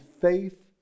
Faith